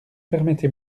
permettez